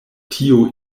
tio